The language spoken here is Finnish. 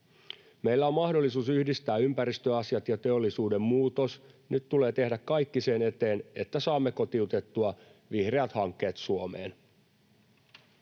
Meillä on mahdollisuus yhdistää ympäristöasiat ja teollisuuden muutos. Nyt tulee tehdä kaikki sen eteen, että saamme kotiutettua vihreät hankkeet Suomeen.